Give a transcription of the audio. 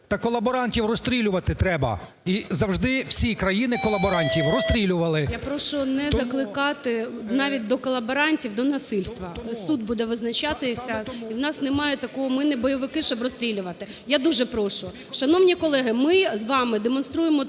Та колаборантів розстрілювати треба, і завжди всі країни колаборантів розстрілювали. Тому … ГОЛОВУЮЧИЙ. Я прошу не закликати навіть до колаборантів, до насильства. Суд буде визначатися, і у нас немає такого… ми не бойовики, щоб розстрілювати. Я дуже прошу, шановні колеги, ми з вами демонструємо